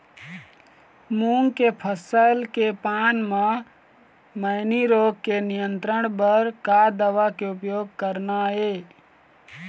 मूंग के फसल के पान म मैनी रोग के नियंत्रण बर का दवा के उपयोग करना ये?